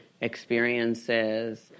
experiences